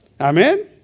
Amen